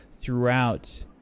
throughout